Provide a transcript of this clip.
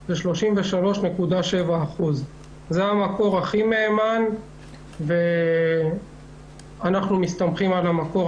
הוא 33.7%. זה המקור הכי מהימן ואנחנו מסתמכים עליו.